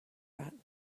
brought